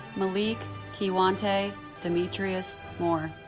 malic keiwontoya demetreous moore